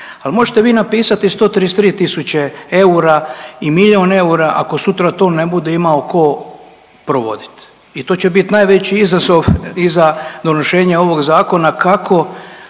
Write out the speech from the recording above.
Ali možete vi napisati 133 tisuće eura i milion eura ako sutra to ne bude imao tko provodit. I to će biti najveći izazov iza donošenja ovog zakona kako